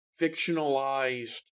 fictionalized